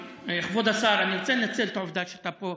כבוד השר, אני רוצה לנצל את העובדה שאתה פה.